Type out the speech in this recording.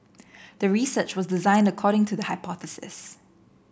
the research was designed according to the hypothesis